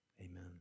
amen